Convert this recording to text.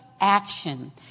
action